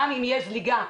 גם אם תהיה זליגה,